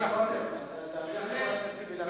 חבר הכנסת רותם, תן לחבר הכנסת לדבר.